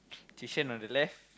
on the left